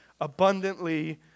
abundantly